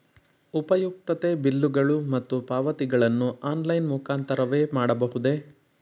ಉಪಯುಕ್ತತೆ ಬಿಲ್ಲುಗಳು ಮತ್ತು ಪಾವತಿಗಳನ್ನು ಆನ್ಲೈನ್ ಮುಖಾಂತರವೇ ಮಾಡಬಹುದೇ?